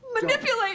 Manipulate